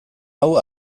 hau